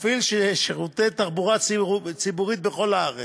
מפעיל שירותי תחבורה ציבורית בכל הארץ,